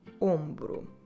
ombro